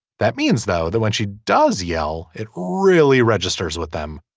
that means though that when she does yell it really registers with them.